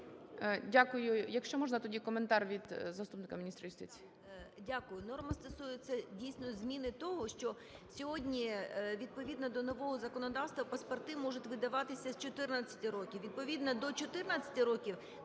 Дякую. Якщо можна, тоді коментар від заступника міністра юстиції.